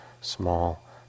small